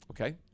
Okay